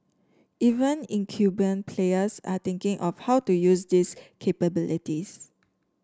even incumbent players are thinking of how to use these capabilities